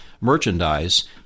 merchandise